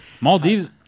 Maldives